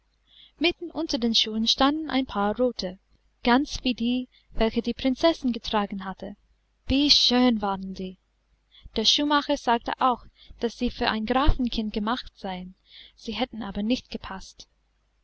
mitten unter den schuhen standen ein paar rote ganz wie die welche die prinzessin getragen hatte wie schön waren die der schuhmacher sagte auch daß sie für ein grafenkind gemacht seien sie hätten aber nicht gepaßt